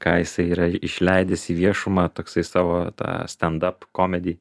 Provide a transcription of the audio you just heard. ką jisai yra išleidęs į viešumą toksai savo tą stendap komedy